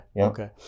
Okay